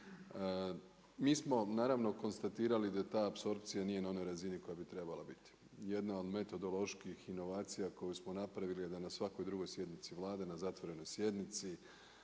Mi smo naravno konstatirali da apsorpcija nije na onoj razini koja bi trebala biti. Jedna od metodoloških inovacija koju smo napravili je da na svakoj drugoj sjednici Vlade, na zatvorenoj sjednici